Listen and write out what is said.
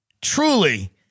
truly